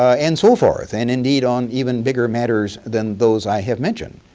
and so forth, and indeed, on even bigger matters than those i have mentioned.